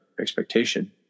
expectation